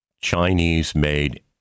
Chinese-made